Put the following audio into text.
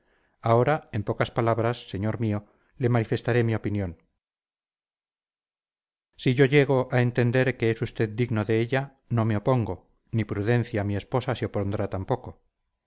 ahora en pocas palabras señor mío le manifestaré mi opinión si yo llego a entender que es usted digno de ella no me opongo ni prudencia mi esposa se opondrá tampoco